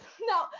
No